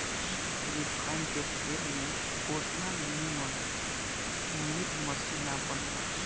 refine के तेल में ओतना निमन मीट मछरी ना बनेला